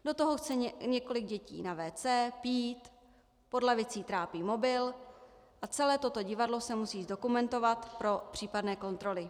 Do toho chce několik dětí na WC, pít, pod lavicí trápí mobil a celé toto divadlo se musí zdokumentovat pro případné kontroly.